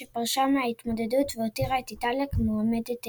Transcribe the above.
שפרשה מההתמודדות והותירה את איטליה כמועמדת היחידה.